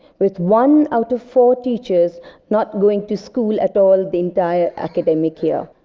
with one out of four teachers not going to school at all the entire academic year.